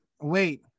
wait